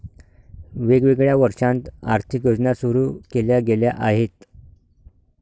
वेगवेगळ्या वर्षांत आर्थिक योजना सुरू केल्या गेल्या आहेत